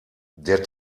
der